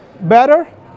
Better